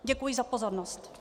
Děkuji za pozornost.